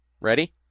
Ready